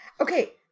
Okay